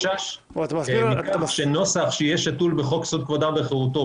אני מסביר למה יש חשש שנוסח שיהיה שתול בחוק יסוד: כבוד האדם וחירותו,